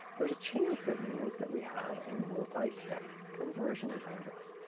there's a chance it means that we have a multi-step conversion in front of us.